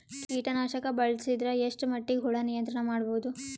ಕೀಟನಾಶಕ ಬಳಸಿದರ ಎಷ್ಟ ಮಟ್ಟಿಗೆ ಹುಳ ನಿಯಂತ್ರಣ ಮಾಡಬಹುದು?